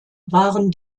waren